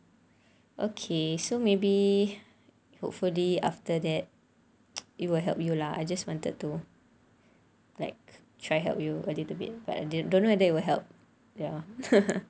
ya okay so maybe hopefully after that it will help you lah I just wanted to like try help you a little bit but don't know whether it will help ya